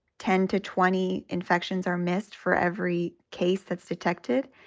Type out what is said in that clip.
ten to twenty infections are missed for every case that's detected.